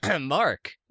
Mark